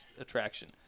attraction